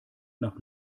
nach